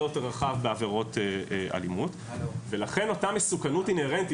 יותר רחב בעבירות אלימות ולכן אותה מסוכנות אינהרנטית